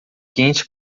quente